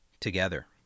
Together